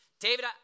David